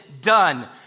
done